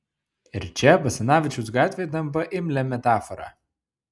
ir čia basanavičiaus gatvė tampa imlia metafora